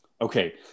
Okay